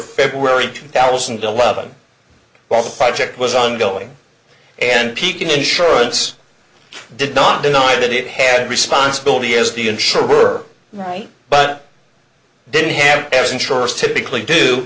february two thousand beloved by the project was ongoing and peaking insurance did not deny that it had a responsibility as the insurer were right but didn't have as insurers typically do